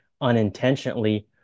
unintentionally